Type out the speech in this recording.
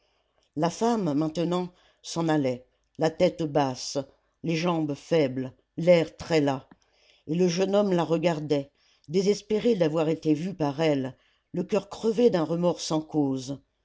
la femme maintenant s'en allait la tête basse les jambes faibles l'air très las et le jeune homme la regardait désespéré d'avoir été vu par elle le coeur crevé d'un remords sans cause